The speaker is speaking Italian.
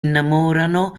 innamorano